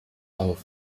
auf